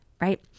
right